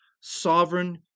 sovereign